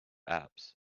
apps